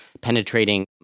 penetrating